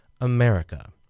America